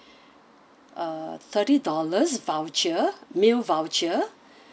uh the thirty dollars voucher meal voucher